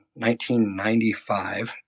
1995